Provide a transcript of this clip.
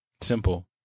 Simple